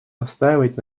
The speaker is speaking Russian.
настаивать